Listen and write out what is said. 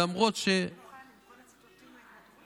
ולמרות, באת מוכן עם כל הציטוטים מההתנתקות?